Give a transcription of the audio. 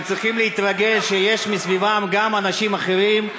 הם צריכים להתרגל שיש מסביבם גם אנשים אחרים,